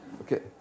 Okay